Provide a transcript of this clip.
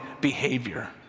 behavior